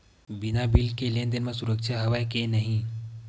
बिना बिल के लेन देन म सुरक्षा हवय के नहीं?